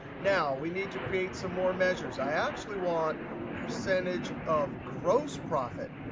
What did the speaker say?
now, we need to create some more measures. i actually want percentage of gross profit.